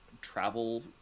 travel